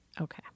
Okay